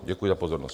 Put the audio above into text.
Děkuji za pozornost.